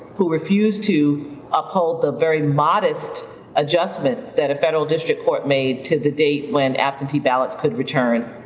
who refused to uphold the very modest adjustment that a federal district court made to the date when absentee ballots could return.